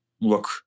look